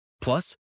Plus